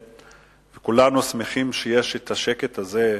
וכולנו שמחים שיש השקט הזה,